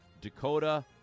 Dakota